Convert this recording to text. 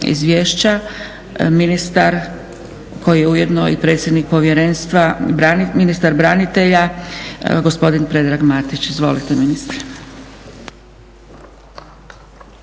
izvješća ministar koji je ujedno i predsjednik Povjerenstva ministar branitelja, gospodin Predrag Matić. Izvolite ministre.